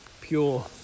pure